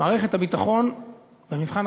אדוני היושב-ראש, בממשלה